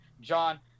John